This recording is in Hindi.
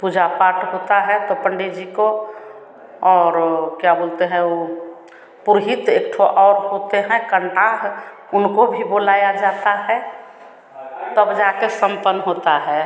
पूजा पाठ होता है तो पंडित जी को और वह क्या बोलते हैं वह पुरोहित एक ठो और होते हैं कंटाह उनको भी बुलाया जाता है तब जा कर सम्पन्न होता है